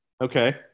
Okay